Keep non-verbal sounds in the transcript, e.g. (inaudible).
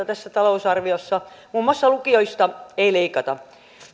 (unintelligible) tässä talousarviossa positiivisiakin asioita muun muassa lukioista ei leikata